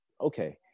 Okay